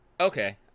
okay